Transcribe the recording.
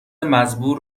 مزبور